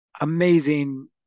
amazing